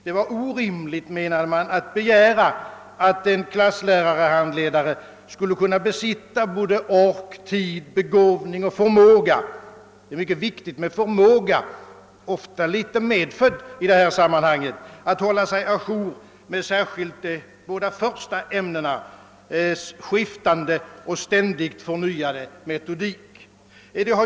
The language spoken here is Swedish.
Det var orimligt, menade man, att begära att en klasslärarhandledare skulle kunna besitta både ork, tid, begåvning och förmåga — förmågan är mycket viktig och måste ofta i viss mån vara medfödd i detta sammanhang — att hålla sig å jour med särskilt de båda första ämnenas skiftande och ständigt förnyade metodik.